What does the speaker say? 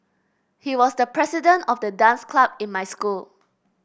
he was the president of the dance club in my school